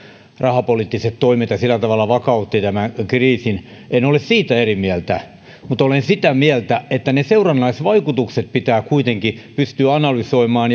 rahapoliittiset toimet ja sillä tavalla vakautti tämän kriisin en ole siitä eri mieltä mutta olen sitä mieltä että seurannaisvaikutukset pitää kuitenkin pystyä analysoimaan